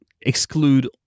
exclude